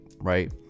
right